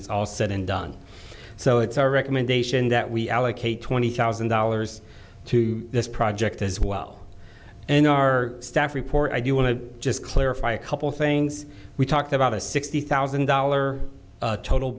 it's all said and done so it's our recommendation that we allocate twenty thousand dollars to this project as well in our staff report i do want to just clarify a couple things we talked about a sixty thousand dollar total